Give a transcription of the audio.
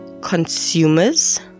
consumers